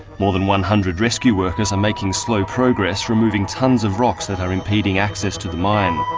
more than one hundred rescue workers are making slow progress removing tonnes of rocks that are impeding access to the mine.